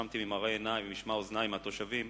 התרשמתי ממראה עיני וממשמע אוזני מהתושבים,